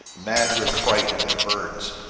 mad with fright and their burns.